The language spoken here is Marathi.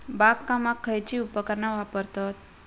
बागकामाक खयची उपकरणा वापरतत?